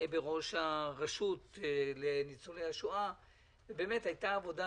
בראש הרשות לניצולי השואה ובאמת הייתה עבודה.